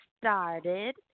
started